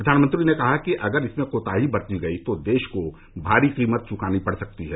प्रधानमंत्री ने कहा कि अगर इसमें कोताही बरती गई तो देश को भारी कीमत चुकानी पड़ सकती है